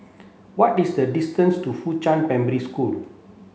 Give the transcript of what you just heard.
what is the distance to Fuchun Primary School